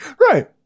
Right